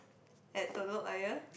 at telok ayer